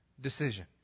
decision